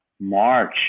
March